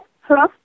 Hello